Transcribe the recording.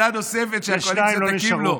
איזושהי ועדה נוספת שהקואליציה תקים לו,